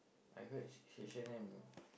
I heard H H-and-M